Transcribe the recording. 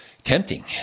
tempting